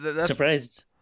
Surprised